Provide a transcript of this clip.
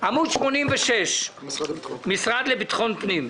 בעמוד 86, פנייה מס' 392 המשרד לביטחון פנים.